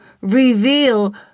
reveal